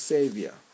Savior